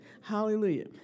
Hallelujah